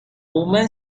woman